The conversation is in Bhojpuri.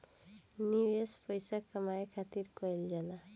निवेश पइसा कमाए खातिर कइल जाला